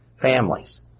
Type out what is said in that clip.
families